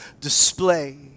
display